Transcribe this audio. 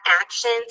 actions